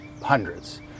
hundreds